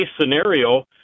scenario